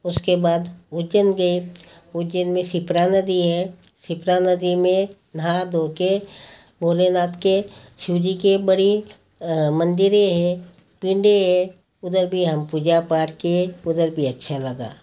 उसके बाद उज्जैन गई उज्जैन में क्षिप्रा नदी है क्षिप्रा नदी में नहा धोकर भोलेनाथ के शिव जी के बड़ी मंदिरें हैं पिंडी है उधर भी हम पूजा पाठ किए उधर भी अच्छा लगा